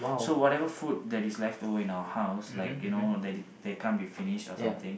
so whatever food that is leftover in our house like you know that can't be finished or something